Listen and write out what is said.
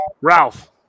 Ralph